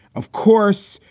of course,